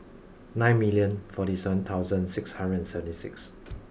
nine million forty seven thousand six hundred and seventy six